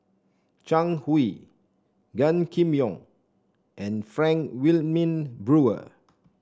Zhang Hui Gan Kim Yong and Frank Wilmin Brewer